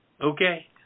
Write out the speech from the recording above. okay